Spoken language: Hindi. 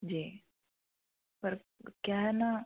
जी पर क्या है न